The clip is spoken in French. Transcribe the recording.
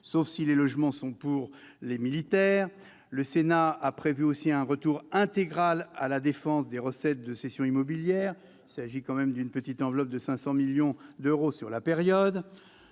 sauf si les logements sont pour les militaires. Le Sénat a également prévu un retour intégral à la défense des recettes de cessions immobilières. Très bien ! Il s'agit tout de même d'une enveloppe de 500 millions d'euros sur la période.